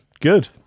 Good